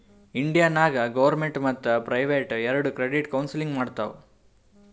India ನಾಗ್ government ಮತ್ತ private ಎರೆಡು ಕ್ರೆಡಿಟ್ ಕೌನ್ಸಲಿಂಗ್ ಮಾಡ್ತಾವ್